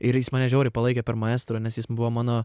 ir jis mane žiauriai palaikė per maestro nes jis buvo mano